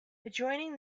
adjoining